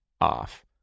off